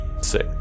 Sick